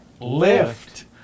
Lift